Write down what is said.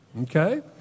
Okay